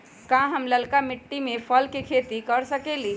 का हम लालका मिट्टी में फल के खेती कर सकेली?